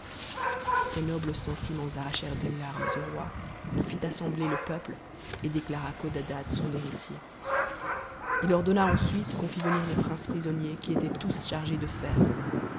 ces nobles sentiments arrachèrent des larmes au roi qui fit assembler le peuple et déclara codadad son héritier h ordonna ensuite qu'on fit venir les princes prisonniers qui étaient tous chargés de tërs